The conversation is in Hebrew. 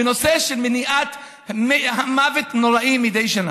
בנושא של מניעת המוות הנוראי מדי שנה.